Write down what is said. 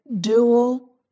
dual